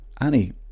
Annie